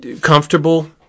comfortable